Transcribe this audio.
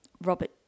Robert